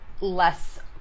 less